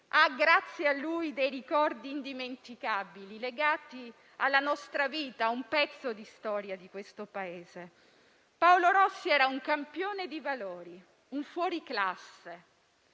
ha grazie a lui dei ricordi indimenticabili legati alla nostra vita, ad un pezzo di storia di questo Paese. Paolo Rossi era un campione di valori, un fuoriclasse